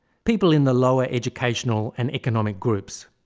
people in the lower educational and economic groups.